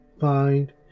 find